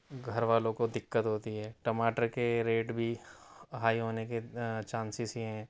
گھر والوں کو دقت ہوتی ہے ٹماٹر کے ریٹ بھی ہائی ہونے کے چانسیس ہی ہیں